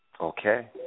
Okay